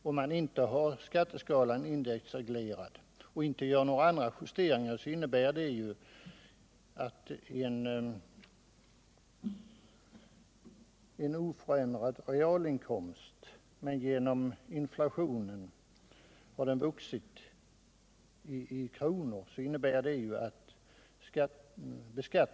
Om man inte har skatteskalan indexreglerad och inte gör några andra justeringar innebär det att beskattningen skärps på en oförändrad realinkomst, som genom inflationen vuxit i kronor.